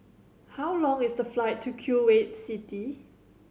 how long is the flight to Kuwait City